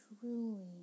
truly